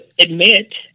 admit